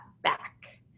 back